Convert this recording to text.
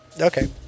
Okay